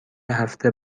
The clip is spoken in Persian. هفته